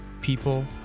people